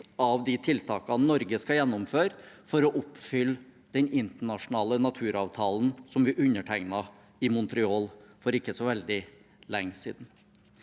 av de tiltakene Norge skal gjennomføre for å oppfylle den internasjonale naturavtalen som vi undertegnet i Montreal for ikke så veldig lenge siden.